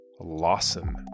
Lawson